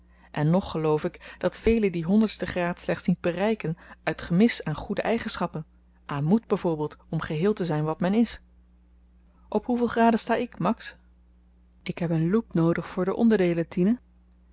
en nog geloof ik dat velen dien honderdsten graad slechts niet bereiken uit gemis aan goede eigenschappen aan moed by voorbeeld om geheel te zyn wat men is op hoeveel graden sta ik max ik heb een loep noodig voor de onderdeelen tine